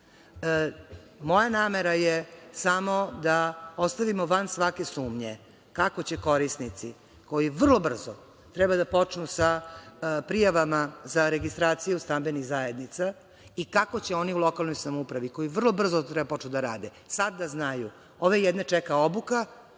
namera je samo da ostavimo van svake sumnje kako će korisnici koji vrlo brzo treba da počnu sa prijavama za registraciju stambenih zajednica i kako će oni u lokalnoj samoupravi, koji vrlo brzo treba da počnu da rade, sad da znaju – ove jedne čeka obuka,